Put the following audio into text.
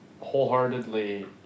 wholeheartedly